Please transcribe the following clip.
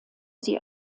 sie